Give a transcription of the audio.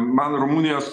man rumunijos